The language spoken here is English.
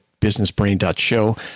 businessbrain.show